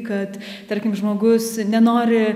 kad tarkim žmogus nenori